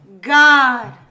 God